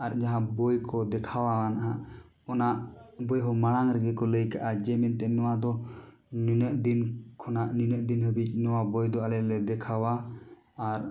ᱟᱨ ᱡᱟᱦᱟᱸ ᱵᱳᱭ ᱠᱚ ᱫᱮᱠᱷᱟᱣᱟ ᱱᱟᱦᱟᱜ ᱚᱱᱟ ᱵᱳᱭ ᱦᱚᱸ ᱢᱟᱲᱟᱝ ᱨᱮᱜᱮ ᱠᱚ ᱞᱟᱹᱭ ᱠᱟᱜᱼᱟ ᱡᱮ ᱢᱤᱫᱴᱮᱱ ᱱᱚᱣᱟ ᱫᱚ ᱱᱤᱱᱟᱹᱜ ᱫᱤᱱ ᱠᱷᱚᱱᱟᱜ ᱱᱤᱱᱟᱹᱜ ᱫᱤᱱ ᱦᱟᱹᱵᱤᱡ ᱱᱚᱣᱟ ᱵᱳᱭ ᱫᱚ ᱟᱞᱮᱞᱮ ᱫᱮᱠᱷᱟᱣᱟ ᱟᱨ